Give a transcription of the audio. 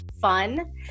fun